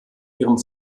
ihrem